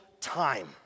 time